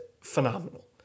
phenomenal